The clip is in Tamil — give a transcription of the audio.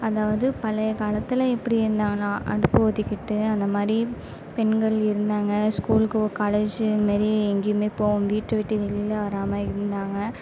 அதாவது பழைய காலத்தில் எப்படி இருந்தாங்கனா அந்த போத்திக்கிட்டு அந்த மாதிரி பெண்கள் இருந்தாங்க ஸ்கூலுக்கோ காலேஜ் இது மாரி எங்கேயுமே போகாமல் வீட்டை விட்டு வெளியில் வராமல் இருந்தாங்க